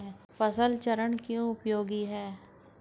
फसल चरण क्यों उपयोगी है?